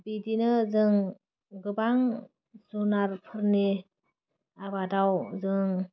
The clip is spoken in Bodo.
बिदिनो जों गोबां जुनारफोरनि आबादाव जों